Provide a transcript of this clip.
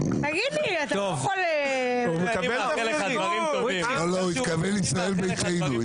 לא, הוא התכוון לישראל ביתנו....